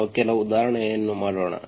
ನಾವು ಕೆಲವು ಉದಾಹರಣೆಯನ್ನು ಮಾಡೋಣ